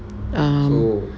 um